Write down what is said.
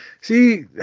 See